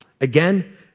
Again